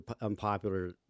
unpopular